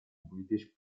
british